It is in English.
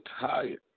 tired